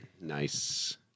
Nice